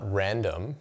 random